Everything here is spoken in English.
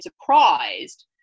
surprised